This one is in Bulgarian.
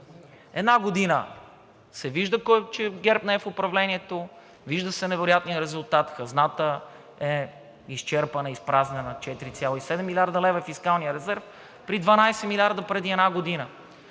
Една година се вижда, че ГЕРБ не е в управлението, вижда се невероятният резултат: хазната е изчерпана, изпразнена – 4,7 млрд. лв. фискалният резерв, при 12 милиарда преди една година.